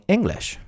English